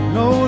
no